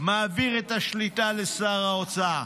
ומעביר את השליטה לשר האוצר?